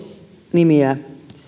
nimiä niin kuin edustaja juvonen